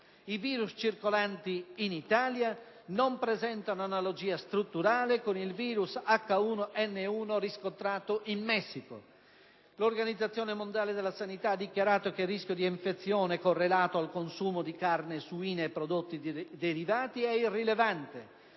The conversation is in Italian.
I virus circolanti in Italia non presentano analogia strutturale con il virus H1N1 riscontrato in Messico. L'Organizzazione mondiale della sanità ha dichiarato che il rischio di infezione correlato al consumo di carne suina e prodotti derivati è irrilevante.